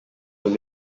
were